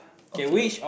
okay